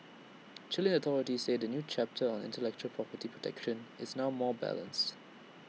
Chilean authorities say the new chapter on intellectual property protection is now more balanced